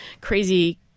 crazy